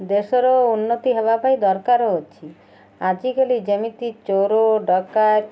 ଦେଶର ଉନ୍ନତି ହେବା ପାଇଁ ଦରକାର ଅଛି ଆଜିକାଲି ଯେମିତି ଚୋର ଡକାୟତ